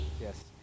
Yes